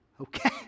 Okay